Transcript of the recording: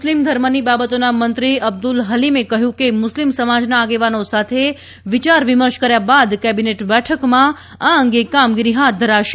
મુસ્લિમ ધર્મની બાબતોના મંત્રી અબ્દૂલ હલીમે કહ્યું કે મુસ્લિમ સમાજના આગેવાનો સાથે વિચાર વિમર્શ કર્યા બાદ કેબિનેટ બેઠકમાં આ અંગે કામગીરી હાથ ધરાશે